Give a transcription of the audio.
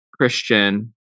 Christian